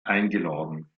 eingeladen